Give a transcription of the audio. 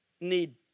need